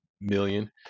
million